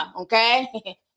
Okay